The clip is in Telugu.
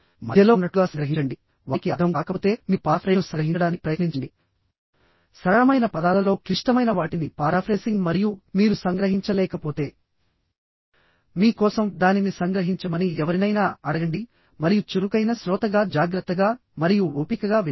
మధ్యలో ఉన్నట్లుగా సంగ్రహించండి వారికి అర్థం కాకపోతే మీరు పారాఫ్రేజ్ను సంగ్రహించడానికి ప్రయత్నించండి సరళమైన పదాలలో క్లిష్టమైన వాటిని పారాఫ్రేసింగ్ మరియు మీరు సంగ్రహించలేకపోతే మీ కోసం దానిని సంగ్రహించమని ఎవరినైనా అడగండి మరియు చురుకైన శ్రోతగా జాగ్రత్తగా మరియు ఓపికగా వినండి